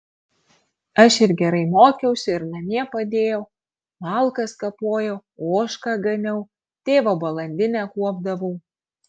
aš ir gerai mokiausi ir namie padėjau malkas kapojau ožką ganiau tėvo balandinę kuopdavau